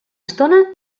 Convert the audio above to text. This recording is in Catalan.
estona